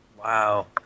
Wow